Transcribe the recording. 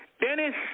Dennis